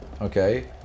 okay